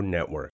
Network